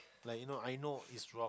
like you know I know is throughout